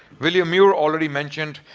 william miur already mentioned.